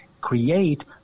create